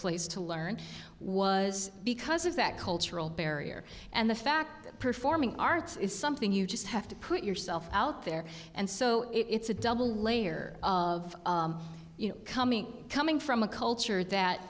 place to learn was because of that cultural barrier and the fact that performing arts is something you just have to put yourself out there and so it's a double layer of you know coming coming from a culture that